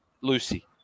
Lucy